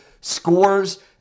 scores